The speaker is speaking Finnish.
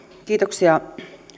kiitoksia